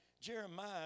Jeremiah